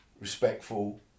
respectful